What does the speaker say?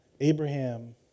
Abraham